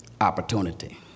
Opportunity